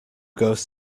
goes